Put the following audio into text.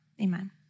Amen